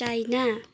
China